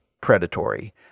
predatory